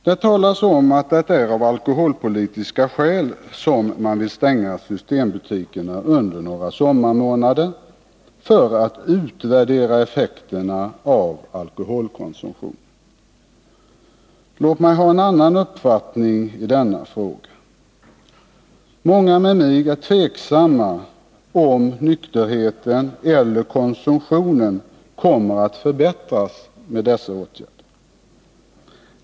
Det talas om att det är av alkoholpolitiska skäl som man vill stänga systembutikerna under några sommarmånader för att utvärdera effekterna av alkoholkonsumtionen. Låt mig ha en annan uppfattning i denna fråga. Många med mig är tveksamma om nykterheten eller konsumtionen kommer att förbättras med dessa åtgärder.